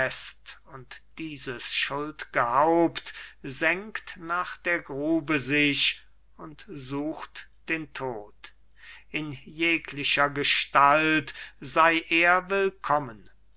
und dieses schuld'ge haupt senkt nach der grube sich und sucht den tod in jeglicher gestalt sei er willkommen